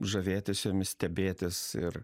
žavėtis jomis stebėtis ir